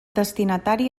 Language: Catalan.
destinatari